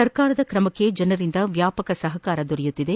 ಸರ್ಕಾರದ ತ್ರಮಕ್ಷೆ ಜನರಿಂದ ವ್ಯಾಪಕ ಸಹಕಾರ ದೊರೆಯುತ್ತಿದೆ